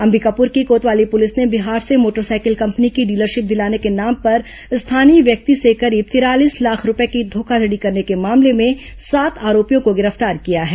अंबिकापुर की कोतवाली पुलिस ने बिहार से मोटरसाइकिल कंपनी की डीलरशिप दिलाने के नाम पर स्थानीय व्यक्ति से करीब तिरालीस लाख रूपये की धोखाधड़ी करने के मामले में सात आरोपियों को गिरफ्तार किया है